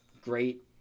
great